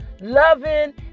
loving